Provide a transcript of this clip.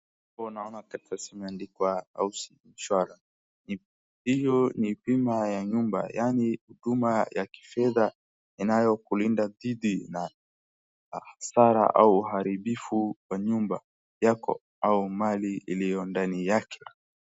Hapo naona karatasi imeandikwa House insurance , hiyo ni bima ya nyumba yani huduma ya kifedhaa inayokulinda dhidi na hasara au uharibifu wa nyumba yako au mali iliyo ndani yake.